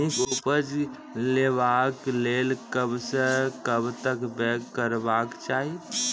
नीक उपज लेवाक लेल कबसअ कब तक बौग करबाक चाही?